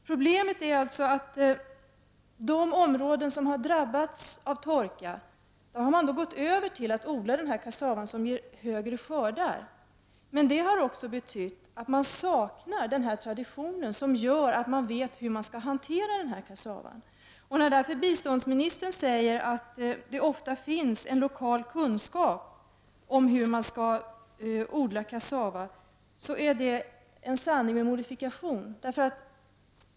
Problemet är alltså att man i de områden som har drabbats av torka har gått över till att odla kassava, som ger stora skördar, även om man saknar sådan odlingstradition som gör att man vet hur man skall hantera kassavan. Biståndsministern säger att det ofta finns en lokal kunskap om hur man skall odla kassava. Det är en sanning med modifikation.